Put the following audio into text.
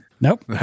Nope